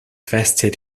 vested